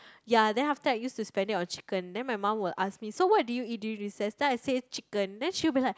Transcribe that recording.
ya then after that I used to spend it on chicken then my mum will ask me so what did you eat during recess then I say chicken then she will be like